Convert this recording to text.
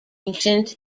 ancient